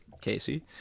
Casey